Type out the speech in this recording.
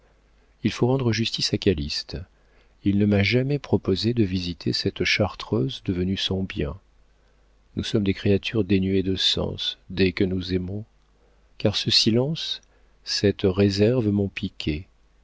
il faut rendre justice à calyste il ne m'a jamais proposé de visiter cette chartreuse devenue son bien nous sommes des créatures dénuées de sens dès que nous aimons car ce silence cette réserve m'ont piquée